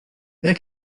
wer